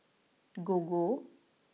Gogo